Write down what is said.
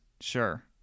Sure